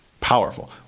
Powerful